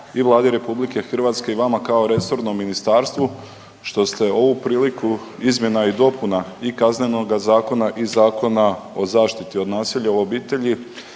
i Vladi RH i vama kao resornom ministarstvu što ste ovu priliku izmjena i dopuna i Kaznenoga zakona i Zakona o zaštiti nasilja u obitelji